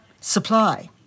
supply